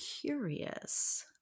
curious